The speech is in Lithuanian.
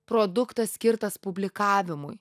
produktas skirtas publikavimui